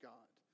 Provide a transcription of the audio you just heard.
God